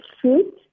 fruit